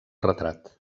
retrat